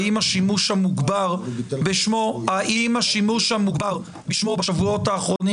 האם השימוש המוגבר בשמו בשבועות האחרונים